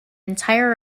entire